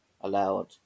allowed